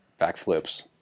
backflips